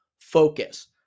focus